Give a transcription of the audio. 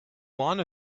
want